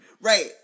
Right